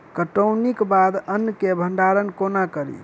कटौनीक बाद अन्न केँ भंडारण कोना करी?